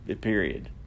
Period